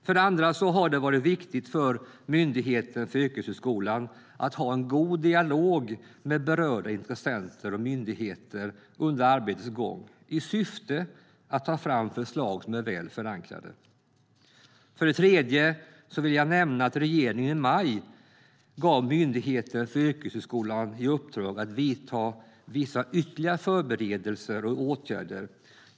För det andra har det varit viktigt för Myndigheten för yrkeshögskolan att ha en god dialog med berörda intressenter och myndigheter under arbetets gång, i syfte att ta fram förslag som är väl förankrade. För det tredje vill jag nämna att regeringen i maj gav Myndigheten för yrkeshögskolan i uppdrag att vidta vissa ytterligare förberedelser och åtgärder.